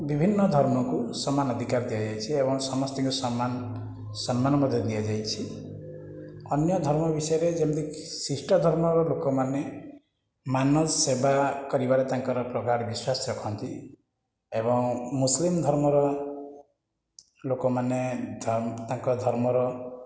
ବିଭିନ୍ନ ଧର୍ମକୁ ସମାନ ଅଧିକାର ଦିଆଯାଇଛିଏବଂ ସମସ୍ତିଙ୍କି ସମାନ ସମ୍ମାନ ମଧ୍ୟ ଦିଆଯାଇଛି ଅନ୍ୟ ଧର୍ମ ବିଷୟରେ ଯେମିତିକି ଖ୍ରୀଷ୍ଟ ଧର୍ମର ଲୋକମାନେ ମାନ ସେବା କରିବାରେ ତାଙ୍କର ପ୍ରଗାଢ଼ ବିଶ୍ଵାସ ରଖନ୍ତି ଏବଂ ମୁସଲିମ ଧର୍ମର ଲୋକମାନେ ଧ ତାଙ୍କ ଧର୍ମର